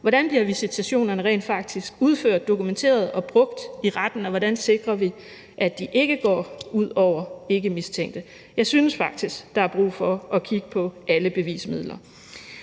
hvordan bliver visitationerne rent faktisk udført, dokumenteret og brugt i retten, og hvordan sikrer vi, at de ikke går ud over ikkemistænkte? Jeg synes faktisk, der er brug for at kigge på alle bevismidler.